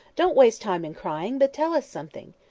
don't waste time in crying, but tell us something.